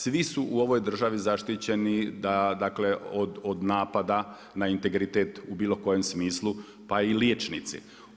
Svi su u ovoj državi zaštićeni dakle od napada na integritet u bilo kojem smislu pa i liječnici.